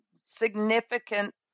significant